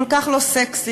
כל כך לא סקסי,